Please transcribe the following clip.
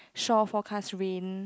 shore forecast rain